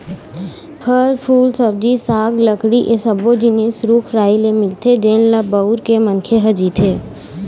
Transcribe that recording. फर, फूल, सब्जी साग, लकड़ी ए सब्बो जिनिस रूख राई ले मिलथे जेन ल बउर के मनखे ह जीथे